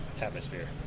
atmosphere